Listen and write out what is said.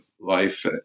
life